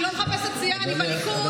אני לא מחפשת סיעה, אני בליכוד.